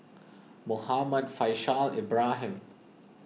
Muhammad Faishal Ibrahim